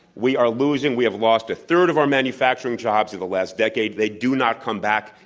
we are losing. we have lost a third of our manufacturing jobs in the last decade. they do not come back,